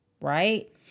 right